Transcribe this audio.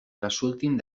resultin